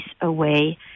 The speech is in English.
away